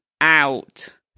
out